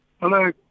Hello